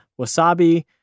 wasabi